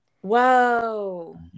Whoa